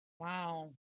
Wow